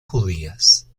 judías